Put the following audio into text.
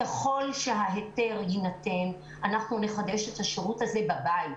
ככל שההיתר יינתן, אנחנו נחדש את השירות הזה בבית.